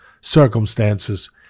circumstances